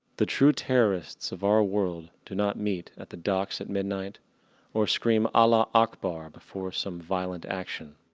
the true terrorists of our world, do not meet at the darks at midnight or scream allah akbar before some violent action.